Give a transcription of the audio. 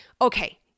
okay